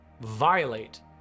violate